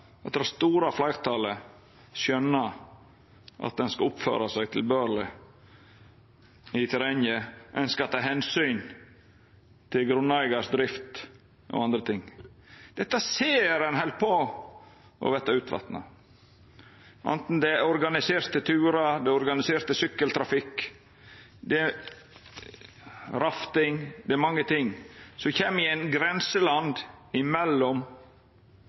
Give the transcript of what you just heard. store fleirtalet skjønar at ein skal oppføra seg tilbørleg i terrenget, at ein skal ta omsyn til grunneigaren si drift og andre ting. Dette ser ein held på å verta utvatna, anten det er organiserte turar, organisert sykkeltrafikk eller rafting – det er mange ting som kjem i eit grenseland mellom